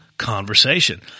conversation